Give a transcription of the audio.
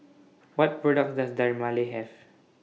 What products Does Dermale Have